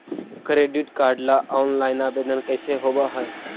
Credit card ल online आवेदन कैसे होब है?